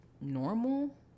normal